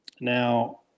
Now